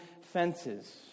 fences